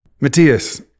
Matthias